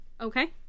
Okay